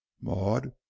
maud